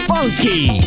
Funky